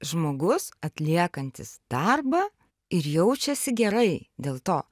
žmogus atliekantis darbą ir jaučiasi gerai dėl to